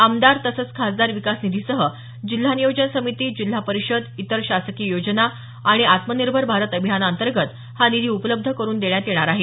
आमदार तसंच खासदार विकास निधीसह जिल्हा नियोजन समिती जिल्हा परिषद इतर शासकीय योजना आणि आत्मनिर्भर भारत अभियानांतर्गत हा निधी उपलब्ध करून देण्यात येणार आहे